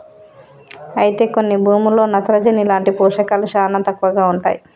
అయితే కొన్ని భూముల్లో నత్రజని లాంటి పోషకాలు శానా తక్కువగా ఉంటాయి